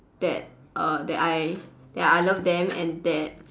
that uh that I that I love them and that